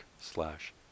slash